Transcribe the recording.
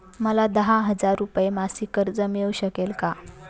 मला दहा हजार रुपये मासिक कर्ज मिळू शकेल का?